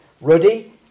ruddy